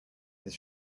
his